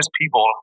people